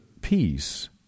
peace